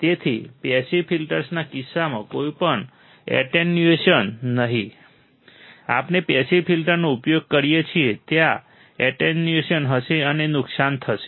તેથી પેસિવ ફિલ્ટર્સના કિસ્સામાં કોઈ એટેન્યુએશન નહીં આપણે પેસિવ ફિલ્ટર્સનો ઉપયોગ કરીએ છીએ ત્યાં એટેન્યુએશન હશે અને નુકસાન થશે